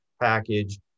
Package